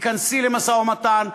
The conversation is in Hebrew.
תיכנסי למשא-ומתן.